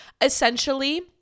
Essentially